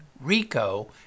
RICO